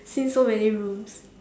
since so many rooms